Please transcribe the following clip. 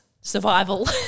survival